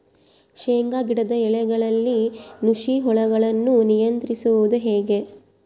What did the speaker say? ಶೇಂಗಾ ಗಿಡದ ಎಲೆಗಳಲ್ಲಿ ನುಷಿ ಹುಳುಗಳನ್ನು ನಿಯಂತ್ರಿಸುವುದು ಹೇಗೆ?